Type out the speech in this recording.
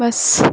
बस